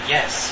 Yes